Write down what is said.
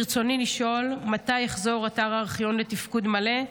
ברצוני לשאול: מתי יחזור אתר הארכיון לתפקוד מלא,